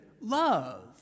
love